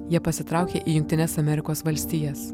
jie pasitraukė į jungtines amerikos valstijas